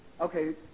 Okay